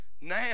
now